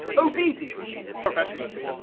obedience. professionalism.